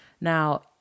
Now